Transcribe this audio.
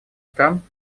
стран